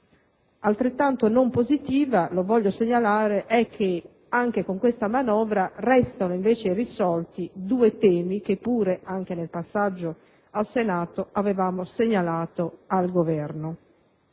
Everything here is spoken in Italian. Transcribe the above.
positiva. Non positivo - lo voglio segnalare - è che anche con questa manovra restano irrisolti due temi che pure, anche nel passaggio al Senato, avevamo segnalato al Governo.